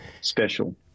Special